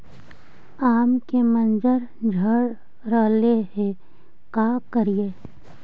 आम के मंजर झड़ रहले हे का करियै?